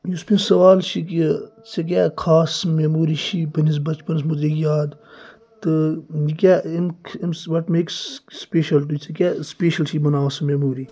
یُس مےٚ سَوال چھ کہِ ژےٚ کیاہ خاص میٚموری چھی پَننس بَچپَنَس مُتعلِق یاد تہٕ یہِ کیاہ أمِس وَٹ میکٕس سُپیشَل ژےٚ کیاہ سُپیشَل چھی بَناوان سُہ میٚموری